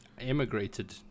emigrated